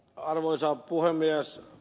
arvoisa puhemies